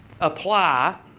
apply